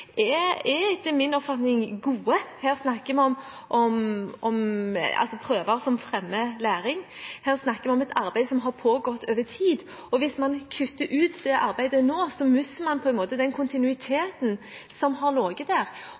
er etter min oppfatning gode. Her snakker vi altså om prøver som fremmer læring, her snakker vi om et arbeid som har pågått over tid. Hvis man kutter ut dette arbeidet nå, mister man på en måte den kontinuiteten som har ligget der.